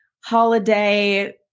holiday